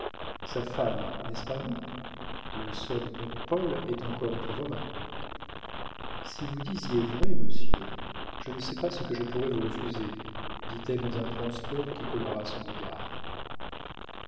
sa femme n'est-ce pas vous le sort du comte paul est encore entre vos mains si vous disiez vrai monsieur je ne sais pas ce que je pourrais vous refuser dit-elle dans un transport qui colora son regard